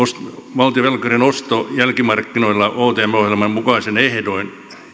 valtion velkakirjan osto jälkimarkkinoilla omt ohjelman mukaisin ehdoin